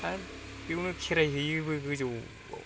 आरो बेवनो खेराय हैयोबो गोजौआव